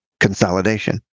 Consolidation